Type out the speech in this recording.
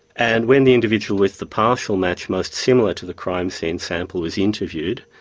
and when the individual with the partial match most similar to the crime scene sample was interviewed,